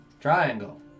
Triangle